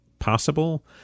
possible